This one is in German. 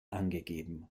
angegeben